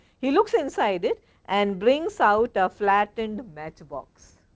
he looks in side it and brings out a flattened match box.